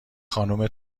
خانم